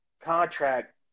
contract